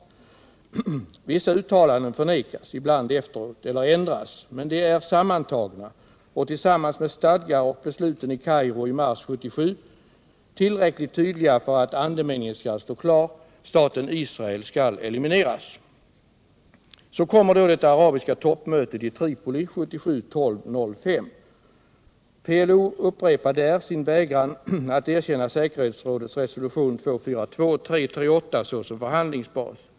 Vissa uttalanden förnekas ibland efteråt eller ändras, men de är sammantagna och tillsammans med stadgar och besluten i Kairo i mars 1977 tillräckligt tydliga för att andemeningen skall stå klar — staten Israel skall elimineras! Så kommer det arabiska toppmötet i Tripoli den 5 december 1977. PLO upprepar där sin vägran att erkänna säkerhetsrådets resolutioner 242 och 338 såsom förhandlingsbas.